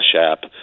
App